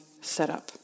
setup